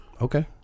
Okay